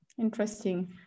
Interesting